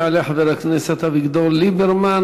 יעלה חבר הכנסת אביגדור ליברמן,